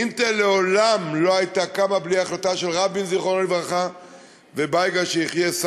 "אינטל" לעולם לא הייתה קמה בלי החלטה של רבין ז"ל ובייגה שיחיה,